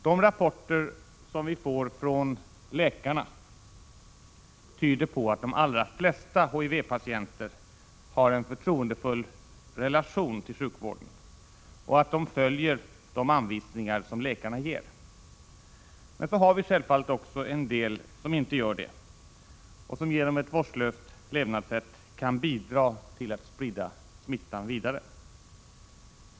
De rapporter som vi får från läkarna tyder på att de allra flesta HIV-patienter har en förtroendefull relation till sjukvården och att de följer de anvisningar som läkarna ger. Men så har vi självfallet också en del som inte gör det och som genom ett vårdslöst levnadssätt kan bidra till att sprida smittan vidare.